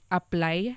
apply